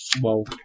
whoa